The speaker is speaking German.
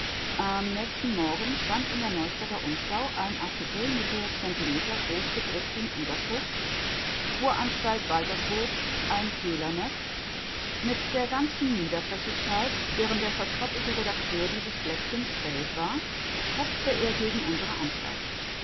am nächsten morgen stand in der neustädter umschau ein artikel mit der zentimetergroß gedruckten überschrift kuranstalt waltersburg ein hehlernest mit der ganzen niederträchtigkeit deren der vertrottelte redakteur dieses blättchens fähig war hetzte er gegen unsere anstalt